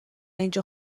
اینجا